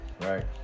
right